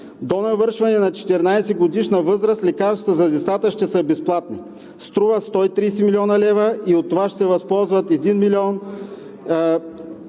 До навършване на 14-годишна възраст лекарствата за децата ще са безплатни. Струва 130 млн. лв. и от това ще се възползват 1 400